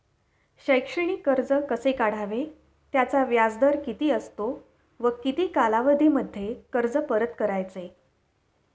शैक्षणिक कर्ज कसे काढावे? त्याचा व्याजदर किती असतो व किती कालावधीमध्ये कर्ज परत करायचे?